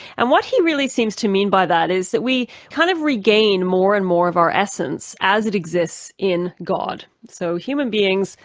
and what he really seems to mean by that is that we kind of regain more and more of our essence as it exists in god. so human beings,